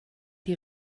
die